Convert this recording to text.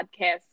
podcast